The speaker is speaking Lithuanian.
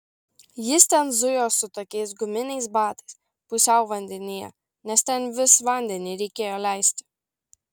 jis ten zujo su tokiais guminiais batais pusiau vandenyje nes ten vis vandenį reikėjo leisti